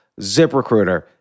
ZipRecruiter